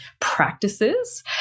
practices